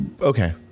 Okay